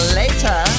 later